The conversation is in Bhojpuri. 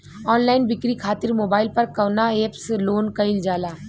ऑनलाइन बिक्री खातिर मोबाइल पर कवना एप्स लोन कईल जाला?